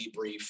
debrief